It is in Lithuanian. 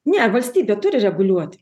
ne valstybė turi reguliuoti